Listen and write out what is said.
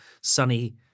sunny